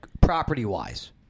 property-wise